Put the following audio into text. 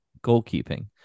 goalkeeping